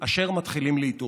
אשר מתחילים להתעורר.